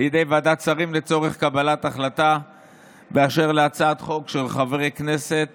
לידי ועדת שרים לצורך קבלת החלטה באשר להצעת חוק של חברי כנסת